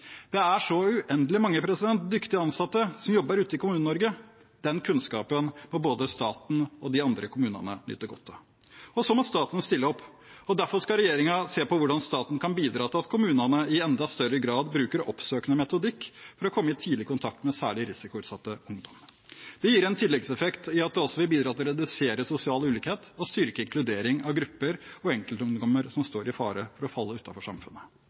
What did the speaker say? Det er så uendelig mange dyktige ansatte som jobber ute i Kommune-Norge. Den kunnskapen må både staten og de andre kommunene nyte godt av. Og så må staten stille opp. Derfor skal regjeringen se på hvordan staten kan bidra til at kommunene i enda større grad bruker oppsøkende metodikk for å komme tidlig i kontakt med særlig risikoutsatte ungdommer. Det gir en tilleggseffekt at det også vil bidra til å redusere sosial ulikhet og styrke inkludering av grupper og enkeltungdommer som står i fare for å falle utenfor samfunnet.